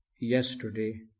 yesterday